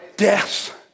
Death